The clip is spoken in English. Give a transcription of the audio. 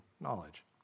knowledge